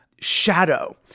shadow